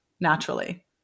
naturally